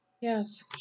Yes